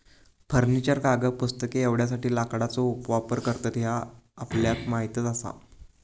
furniture, कागद, पुस्तके एवढ्यासाठी लाकडाचो वापर करतत ह्या आपल्याक माहीतच आसा